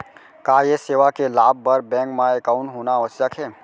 का ये सेवा के लाभ बर बैंक मा एकाउंट होना आवश्यक हे